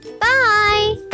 Bye